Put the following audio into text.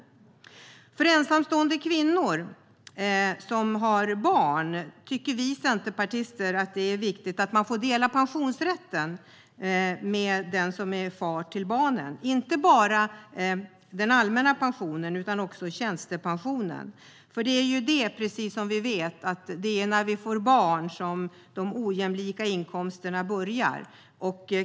När det gäller ensamstående kvinnor med barn tycker vi centerpartister att det är viktigt att de får dela pensionsrätten med den som är far till barnen, och då inte bara den allmänna pensionen utan också tjänstepensionen. Vi vet att det är när vi får barn som de ojämlika inkomsterna börjar.